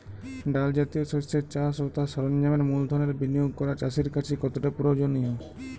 ডাল জাতীয় শস্যের চাষ ও তার সরঞ্জামের মূলধনের বিনিয়োগ করা চাষীর কাছে কতটা প্রয়োজনীয়?